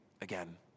again